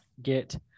get